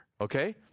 okay